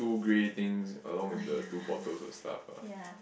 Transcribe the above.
uh yeah yeah